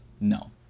No